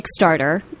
Kickstarter